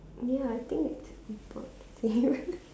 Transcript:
ya I think it's about the same